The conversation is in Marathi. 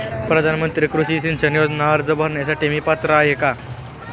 प्रधानमंत्री कृषी सिंचन योजना अर्ज भरण्यासाठी मी पात्र आहे का?